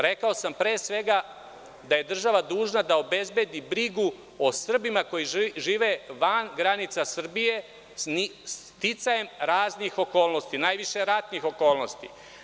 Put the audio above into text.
Rekao sam pre svega da je država dužna da obezbedi brigu o Srbima koji žive van granica Srbije, sticajem raznih okolnosti, najviše ratnih okolnosti.